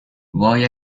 وای